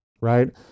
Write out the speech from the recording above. Right